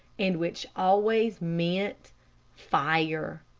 and which always meant fire.